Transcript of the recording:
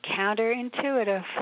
counterintuitive